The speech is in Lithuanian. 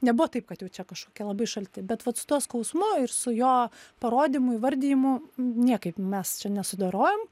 nebuvo taip kad jau čia kažkokie labai šalti bet vat su tuo skausmu ir su jo parodymu įvardijimu niekaip mes čia nesudarojom